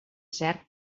cert